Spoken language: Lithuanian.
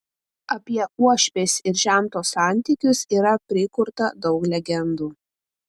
apie uošvės ir žento santykius yra prikurta daug legendų